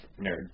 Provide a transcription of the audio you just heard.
nerd